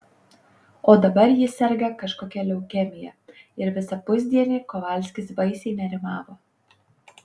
o dabar ji serga kažkokia leukemija ir visą pusdienį kovalskis baisiai nerimavo